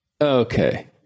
okay